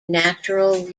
natural